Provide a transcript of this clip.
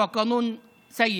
הוא חוק גרוע,